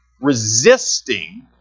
Resisting